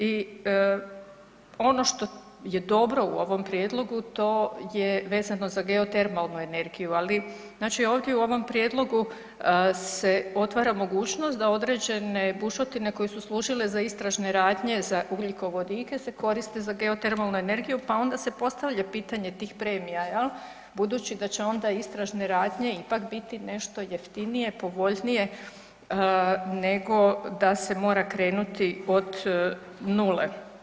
I ono što je dobro u ovom prijedlogu to je vezano za geotermalnu energiju, ali znači ovdje u ovom prijedlogu se otvara mogućnost da određene bušotine koje su služile za istražne radnje za ugljikovodike se koriste za geotermalnu energiju pa onda se postavlja pitanje tih premija jel, budući da će onda istražne radnje ipak biti nešto jeftinije, povoljnije nego da se mora krenuti od nule.